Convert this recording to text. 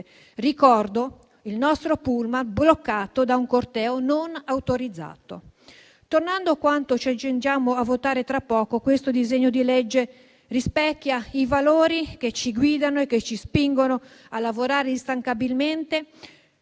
Ricordo il nostro pullman bloccato da un corteo non autorizzato. Tornando a quanto ci accingiamo a votare tra poco, questo disegno di legge rispecchia i valori che ci guidano e che ci spingono a lavorare instancabilmente